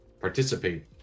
participate